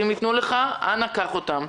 אם יתנו לך אנא קח אותן.